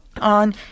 on